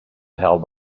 held